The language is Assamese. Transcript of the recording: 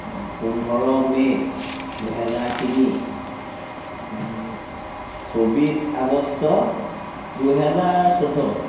পোন্ধৰ মে' দুহেজাৰ তিনি চৌবিছ আগষ্ট দুহেজাৰ চৌধ্য